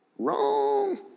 wrong